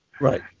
Right